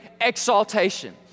exaltation